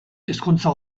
ezkontza